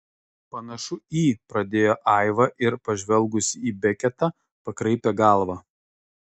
panašu į pradėjo aiva ir pažvelgusi į beketą pakraipė galvą